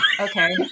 okay